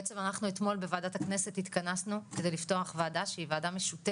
בעצם אנחנו אתמול בוועדת הכנסת התכנסנו כדי לפתוח וועדה משותפת